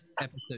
episode